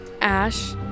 ash